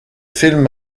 film